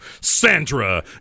Sandra